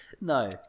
No